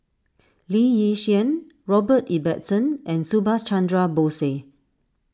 Lee Yi Shyan Robert Ibbetson and Subhas Chandra Bose